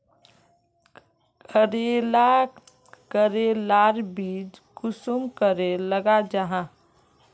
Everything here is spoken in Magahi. करेला करेलार बीज कुंसम करे लगा जाहा?